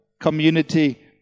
community